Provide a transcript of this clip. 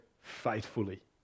faithfully